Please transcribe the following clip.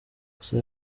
gusa